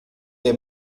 the